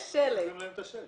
אני הסתובבתי עם רעייתי בחוצות